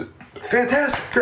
fantastic